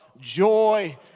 joy